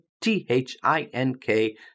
T-H-I-N-K